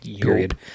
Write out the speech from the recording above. period